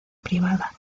privada